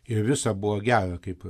ir visa buvo gera kaip